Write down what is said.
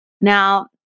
Now